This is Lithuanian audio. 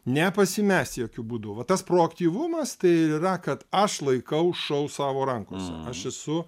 nepasimest jokiu būdu va tas proaktyvumas tai yra kad aš laikau šou savo rankose aš esu